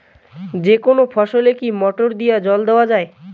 যেকোনো ফসলে কি মোটর দিয়া জল দেওয়া যাবে?